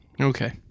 Okay